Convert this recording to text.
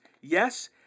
Yes